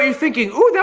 um frigging yeah